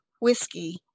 whiskey